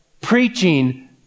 preaching